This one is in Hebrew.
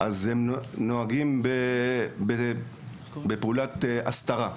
הם נוהגים בפעולות הסתרה.